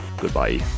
Goodbye